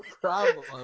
problem